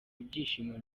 ibyishimo